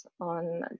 on